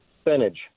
Spinach